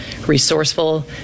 resourceful